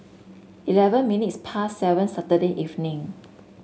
eleven minutes past seven Saturday evening